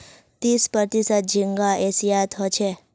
तीस प्रतिशत झींगा एशियात ह छे